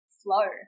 flow